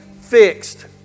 Fixed